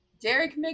Derek